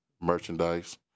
merchandise